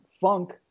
funk